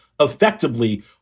effectively